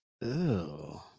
Ew